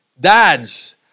Dads